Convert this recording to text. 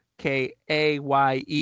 K-A-Y-E